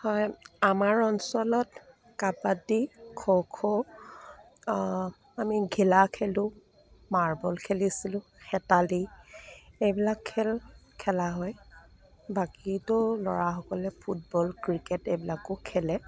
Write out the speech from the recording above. হয় আমাৰ অঞ্চলত কাবাডী খো খো আমি ঘিলা খেলোঁ মাৰ্বল খেলিছিলোঁ হেতালি এইবিলাক খেল খেলা হয় বাকীটো ল'ৰাসকলে ফুটবল ক্ৰিকেট এইবিলাকো খেলে